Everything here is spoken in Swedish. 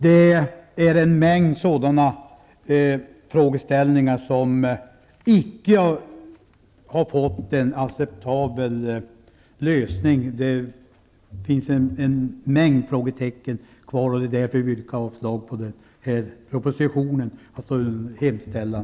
Det är en mängd frågeställningar som icke har fått en acceptabel lösning. Det finns en mängd frågetecken kvar. Därför vill jag yrka avslag på propositionen under mom. 1 i utskottets hemställan.